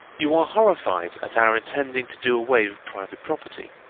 you are horrified at our intending to do away with private property.